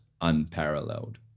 unparalleled